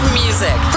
music